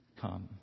come